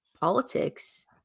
politics